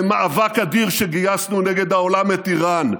במאבק אדיר שגייסנו נגד העולם את איראן.